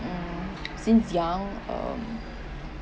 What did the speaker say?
mm since young um